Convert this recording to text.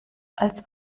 als